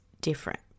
different